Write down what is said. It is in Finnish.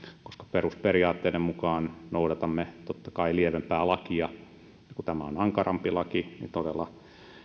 perusperiaatteiden mukaan noudatamme totta kai lievempää lakia ja kun tämä on ankarampi laki niin todella